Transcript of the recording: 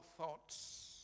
thoughts